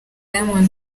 diamond